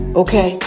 okay